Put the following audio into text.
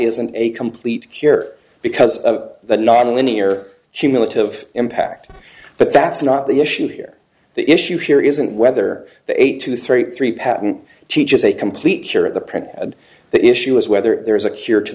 isn't a complete cure because of the non linear humility of impact but that's not the issue here the issue here isn't whether the eight to thirty three patent teaches a complete cure of the printed the issue is whether there is a cure to